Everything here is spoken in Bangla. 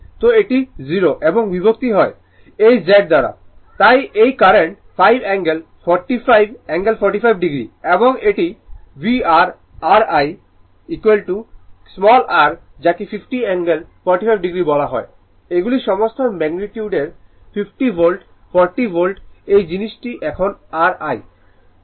তো এটি 0 এবং বিভক্ত হয় এই Z দ্বারা তাই এটি কারেন্ট 5 অ্যাঙ্গেল 45 5 অ্যাঙ্গেল 45o এবং এটি VR R I r যাকে 50 অ্যাঙ্গেল 45 o বলা হয় এগুলি সমস্ত ম্যাগনিটিউডর 50 ভোল্ট 40 ভোল্ট এই জিনিসটি এখন R I